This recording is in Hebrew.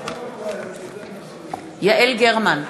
יעל גרמן,